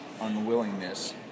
unwillingness